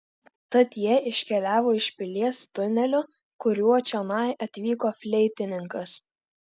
tad jie iškeliavo iš pilies tuneliu kuriuo čionai atvyko fleitininkas